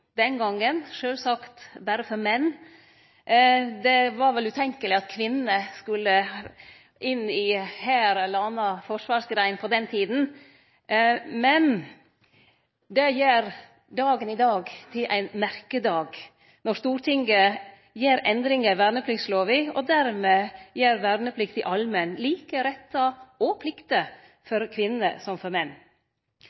den gongen sjølvsagt berre for menn, det var vel utenkjeleg at kvinnene skulle inn i Hæren eller andre forsvarsgreiner på den tida. Men det gjer dagen i dag til ein merkedag når Stortinget gjer endringar i vernepliktslova og dermed gjer verneplikta allmenn, med like rettar og plikter